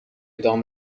دام